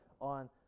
on